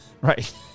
Right